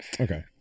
Okay